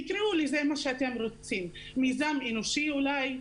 תקראו לזה מה שאתם רוצים, מיזם אנושי אולי.